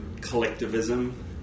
collectivism